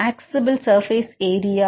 accessible surface area